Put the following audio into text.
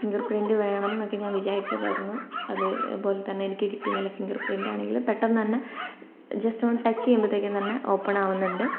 finger print വേണംന്നൊക്കെ ഞാൻ വിചാരിച്ചതായിരുന്നു അതുപോലെ തന്നെ എനിക്ക് കിട്ടി നല്ല ഫിംഗർ പ്രിൻറ്റ് ആണെങ്കിലും പെട്ടെന്ന് തന്നെ ജസ്റ്റ് ഒന്ന് ടച്ച് ചെയ്യുമ്പൊഴത്തേക്കും തന്നെ ഓപ്പൺ ആവുന്നുണ്ട്